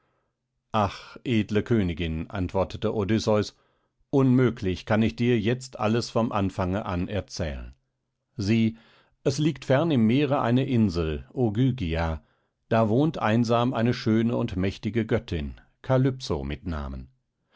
ach edle königin antwortete odysseus unmöglich kann ich dir jetzt alles vom anfange an erzählen sieh es liegt fern im meere eine insel ogygia da wohnt einsam eine schöne und mächtige göttin kalypso mit namen